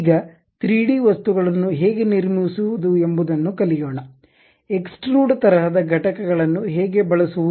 ಈಗ 3D ವಸ್ತುಗಳನ್ನು ಹೇಗೆ ನಿರ್ಮಿಸುವುದು ಎಂಬುದನ್ನು ಕಲಿಯೋಣ ಎಕ್ಸ್ಟ್ರುಡ್ ತರಹದ ಘಟಕಗಳನ್ನು ಹೇಗೆ ಬಳಸುವದು